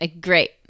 Great